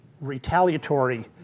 retaliatory